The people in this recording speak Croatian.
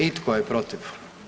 I tko je protiv?